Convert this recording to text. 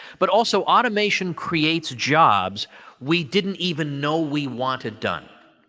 but, also, automation creates jobs we didn't even know we wanted done.